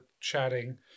chatting